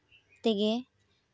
ᱛᱮᱜᱮ